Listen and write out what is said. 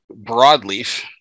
broadleaf